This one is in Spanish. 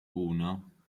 uno